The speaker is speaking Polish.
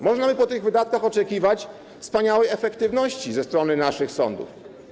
Można by z powodu takich wydatków oczekiwać wspaniałej efektywności ze strony naszych sądów.